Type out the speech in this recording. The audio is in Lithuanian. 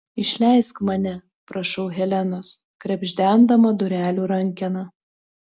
išleisk mane prašau helenos krebždendama durelių rankeną